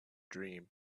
dream